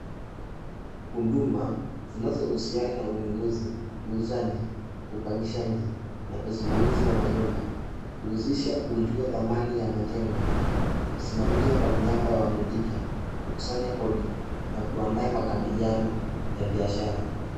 Huduma zinazohusiana na ununuzi, uuzaji, upangishaji, na usimamizi wa manyumba. Huusisha kujua thamani ya majengo, kusimamia kwa niaba ya wenyeji, kukusanya kodi, na kuandaa makabiliano ya biashara.